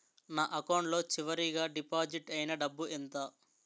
నా అకౌంట్ లో చివరిగా డిపాజిట్ ఐనా డబ్బు ఎంత?